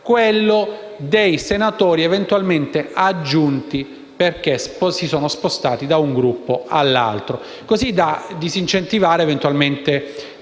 i senatori eventualmente aggiunti perché si sono spostati da un Gruppo all'altro, così da disincentivare le